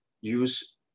use